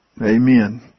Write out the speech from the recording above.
Amen